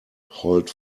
hold